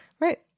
right